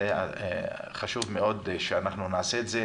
זה חשוב מאוד לעשות את זה.